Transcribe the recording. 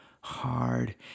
hard